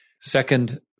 Second